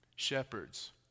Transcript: shepherds